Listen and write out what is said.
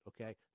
okay